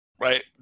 right